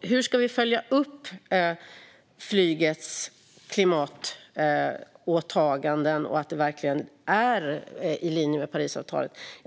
Hur ska vi följa upp flygets klimatåtaganden så att de verkligen är i linje med Parisavtalet?